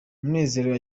munezero